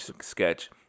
sketch